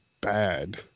bad